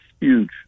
huge